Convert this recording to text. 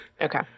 Okay